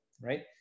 right